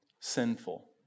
sinful